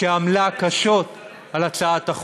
שעמלה קשות על הצעת החוק.